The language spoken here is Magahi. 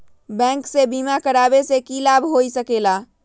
बैंक से बिमा करावे से की लाभ होई सकेला?